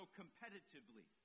competitively